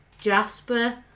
Jasper